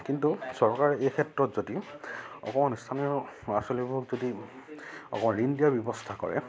কিন্তু চৰকাৰে এই ক্ষেত্ৰত যদি অকণমান স্থানীয় ল'ৰা ছোৱালীবোৰক যদি অকল ঋণ দিয়াৰ ব্যৱস্থা কৰে